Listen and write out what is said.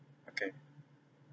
okay